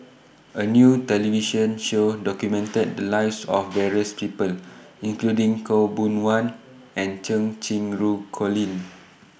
A New television Show documented The Lives of various People including Khaw Boon Wan and Cheng Colin